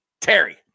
Terry